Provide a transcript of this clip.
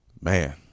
Man